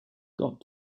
got